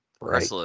Right